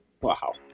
Wow